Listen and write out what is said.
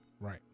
Right